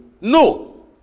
No